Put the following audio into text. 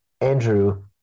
Andrew